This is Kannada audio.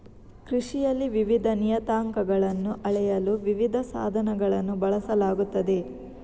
ಕೃಷಿಯಲ್ಲಿ ವಿವಿಧ ನಿಯತಾಂಕಗಳನ್ನು ಅಳೆಯಲು ವಿವಿಧ ಸಾಧನಗಳನ್ನು ಬಳಸಲಾಗುತ್ತದೆ